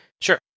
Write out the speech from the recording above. Sure